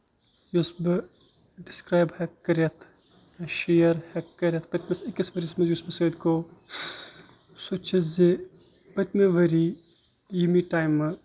یُس بہٕ ڈِسکرایِب ہٮ۪کہٕ کٔرِتھ یا شِیر ہٮ۪کہٕ کٔرِتھ پٔتمِس أکِس ؤریس منٛز یُس مےٚ سۭتۍ گوٚو سُہ چھُ زِ پٔتمہِ ؤری ییٚمی ٹایمہٕ